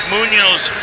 Munoz